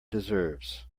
deserves